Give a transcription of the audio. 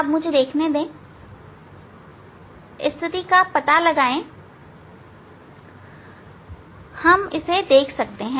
अब मुझे देखने दे स्थिति का पता लगाएं हम इसे देख सकते हैं